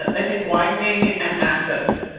i think whitening and access.